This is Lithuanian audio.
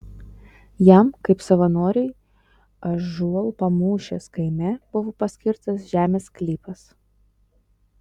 jam kaip savanoriui ąžuolpamūšės kaime buvo paskirtas žemės sklypas